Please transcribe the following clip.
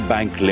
Bank